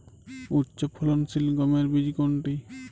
উচ্চফলনশীল গমের বীজ কোনটি?